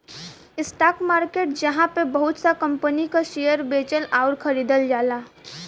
stock market जहाँ पे बहुत सा कंपनी क शेयर बेचल आउर खरीदल जाला